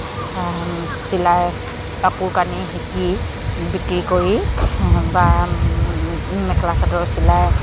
চিলাই কাপোৰ কানি শিকি বিক্ৰী কৰি বা মেখেলা চাদৰ চিলাই